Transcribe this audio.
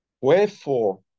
Wherefore